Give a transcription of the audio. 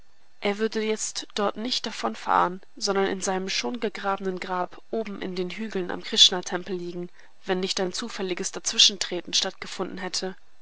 er würde jetzt dort nicht davonfahren sondern in seinem schon gegrabenen grab oben in den hügeln am krishna tempel liegen wenn nicht dein zufälliges dazwischentreten stattgefunden hätte